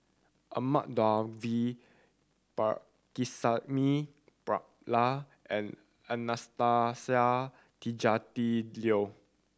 Ahmad Daud V Pakirisamy Pillai and Anastasia Tjendri Liew